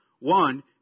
One